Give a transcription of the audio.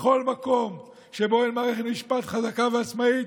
בכל מקום שבו אין מערכת משפט חזקה ועצמאית,